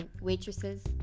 waitresses